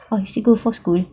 oh you still go for school